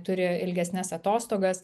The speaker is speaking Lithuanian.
turi ilgesnes atostogas